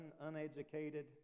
uneducated